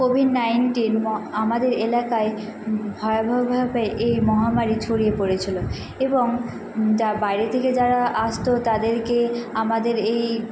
Covid nineteen ম আমাদের এলাকায় ভয়াভয়ভাবে এই মহামারী ছড়িয়ে পড়েছিলো এবং যা বাইরে থেকে যারা আসতো তদেরকে আমাদের এই